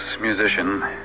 musician